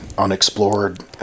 unexplored